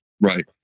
Right